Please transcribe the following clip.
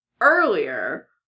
earlier